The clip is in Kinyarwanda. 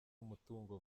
umutungo